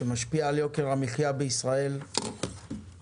שמשפיע על יוקר המחיה בישראל בעצם